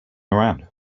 around